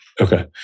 Okay